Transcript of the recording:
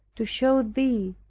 to show thee,